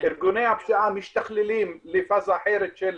ארגוני הפשיעה משתכללים לפאזה אחרת של